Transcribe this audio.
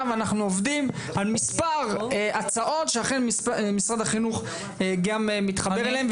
ואנחנו עובדים על מספר הצעות שאכן משרד החינוך גם מתחבר אליהם.